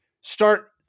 start